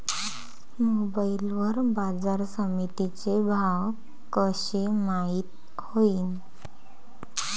Mobile वर बाजारसमिती चे भाव कशे माईत होईन?